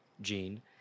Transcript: gene